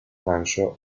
manso